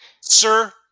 Sir